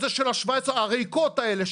הריקות האלה,